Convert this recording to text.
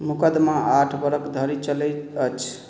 मुकदमा आठ बरख धरि चलैत अछि